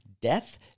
Death